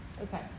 Okay